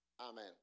Amen